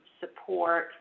support